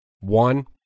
One